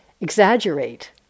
exaggerate